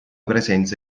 presenza